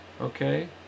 Okay